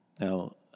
Now